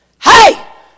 Hey